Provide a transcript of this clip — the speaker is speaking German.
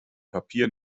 papier